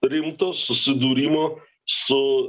rimto susidūrimo su